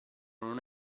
non